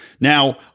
Now